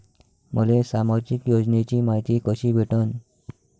मले सामाजिक योजनेची मायती कशी भेटन?